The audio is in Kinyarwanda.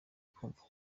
kumva